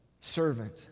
servant